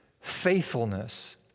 Faithfulness